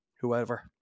whoever